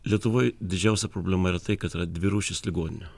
lietuvoj didžiausia problema yra tai kad yra dvi rūšys ligoninių